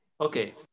Okay